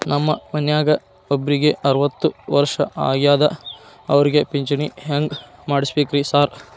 ನಮ್ ಮನ್ಯಾಗ ಒಬ್ರಿಗೆ ಅರವತ್ತ ವರ್ಷ ಆಗ್ಯಾದ ಅವ್ರಿಗೆ ಪಿಂಚಿಣಿ ಹೆಂಗ್ ಮಾಡ್ಸಬೇಕ್ರಿ ಸಾರ್?